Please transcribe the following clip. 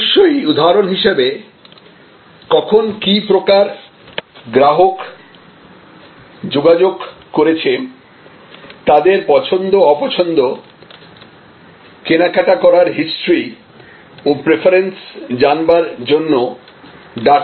অবশ্যই উদাহরণ হিসাবে কখন কি প্রকার গ্রাহক যোগাযোগ করেছে তাদের পছন্দ অপছন্দ কেনাকাটা করার হিস্টরি ও প্রেফারেন্স জানবার জন্য ডাটা জোগাড় করার প্রয়োজন